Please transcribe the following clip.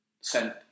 sent